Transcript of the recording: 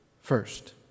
first